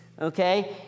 okay